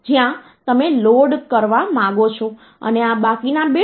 જો કે તે ચોક્કસપણે ક્યારેય 0